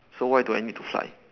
so why do I need to fly